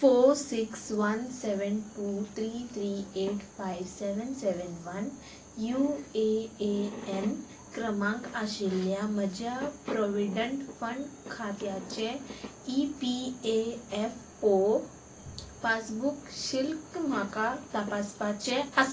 four six one seven two three three eight five seven seven one U A A N क्रमांक आशिल्ल्या म्हज्या provident fund खात्याचे E P F O passbook शिल्क म्हाका तपासपाचें आसा